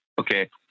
Okay